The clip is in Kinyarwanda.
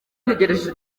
ntegereje